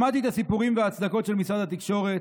שמעתי את הסיפורים וההצדקות של משרד התקשורת,